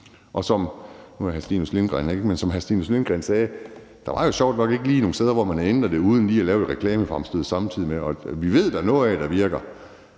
Nu er hr. Stinus Lindgreen her ikke, men som han sagde, er der jo sjovt nok ikke lige nogen steder, hvor man har ændret det uden lige at lave et reklamefremstød samtidig. Og vi ved, at der er noget af det, der virker.